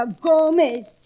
Gomez